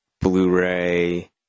Blu-ray